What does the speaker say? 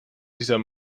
dieser